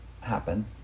happen